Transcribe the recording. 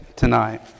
tonight